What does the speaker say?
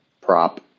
prop